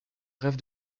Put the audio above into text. rêve